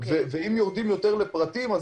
ואם תרדי יותר לפרטים,